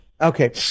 Okay